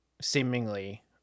seemingly